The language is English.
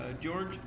George